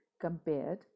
compared